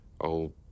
Old